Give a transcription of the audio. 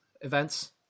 events